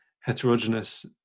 heterogeneous